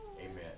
Amen